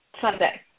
Sunday